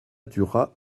dura